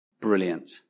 Brilliant